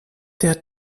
der